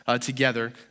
together